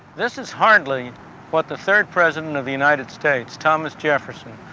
this is hardly what the third president of the united states, thomas jefferson,